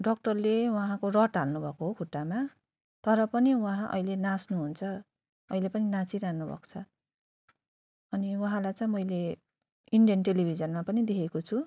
डक्टरले उहाँको रड हाल्नुभएको हो खुट्टामा तर पनि उहाँ अहिले नाच्नु हुन्छ अहिले पनि नाचिरहनु भएको छ अनि उहाँलाई चाहिँ मैले इन्डियन टेलिभिजनमा पनि देखेको छु